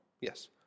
Yes